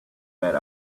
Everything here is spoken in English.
bet